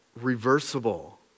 reversible